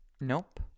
Nope